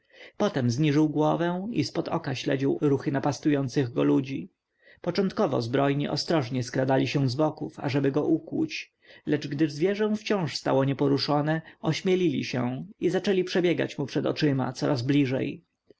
potem zniżył głowę i z pod oka śledził ruchy napastujących go ludzi początkowo zbrojni ostrożnie skradali się z boków ażeby go ukłuć lecz gdy zwierzę wciąż stało nieporuszone ośmielili się i zaczęli przebiegać mu przed oczyma coraz bliżej